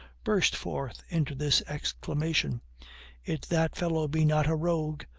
burst forth into this exclamation if that fellow be not a rogue,